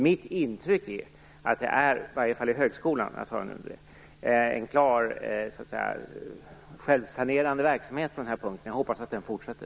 Mitt intryck är att det i alla fall vid högskolorna pågår en självsanerande verksamhet på denna punkt, som jag hoppas fortsätter.